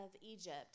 Egypt